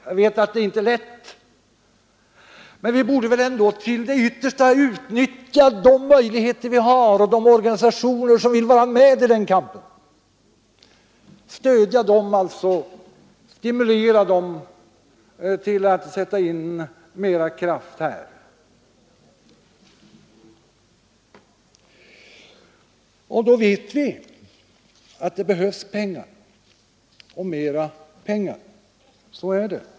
Jag vet att detta inte är lätt, men vi borde väl ändå till det yttersta utnyttja de möjligheter vi har, stödja de organisationer som vill vara med i den kampen och stimulera dem till att sätta in mera kraft i arbetet. Vi vet att det för detta behövs pengar och mera pengar.